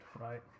right